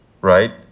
right